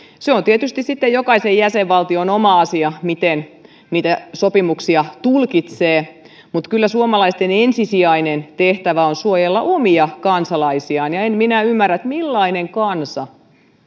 se on tietysti sitten jokaisen jäsenvaltion oma asia miten niitä sopimuksia tulkitsee mutta kyllä suomalaisten ensisijainen tehtävä on suojella omia kansalaisiaan en minä ymmärrä millainen kansa